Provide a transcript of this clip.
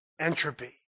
Entropy